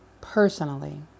personally